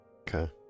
Okay